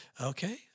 Okay